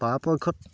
পৰাপক্ষত